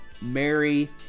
Mary